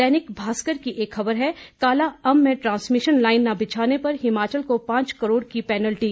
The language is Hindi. दैनिक भास्कर की एक खबर है कालाअंब में ट्रांसमिशन लाइन न बिछाने पर हिमाचल को पांच करोड़ की पेनल्टी